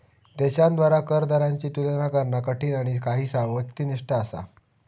देशांद्वारा कर दरांची तुलना करणा कठीण आणि काहीसा व्यक्तिनिष्ठ असा